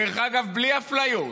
דרך אגב, בלי אפליות,